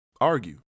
argue